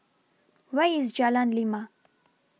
Where IS Jalan Lima